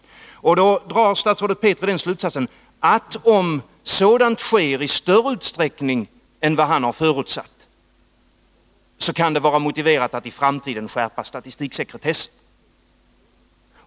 Då drar statsrådet Petri den slutsatsen att om sådant sker i större utsträckning än vad han har förutsatt, kan det vara motiverat att i framtiden skärpa statistiksekretessen.